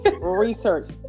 Research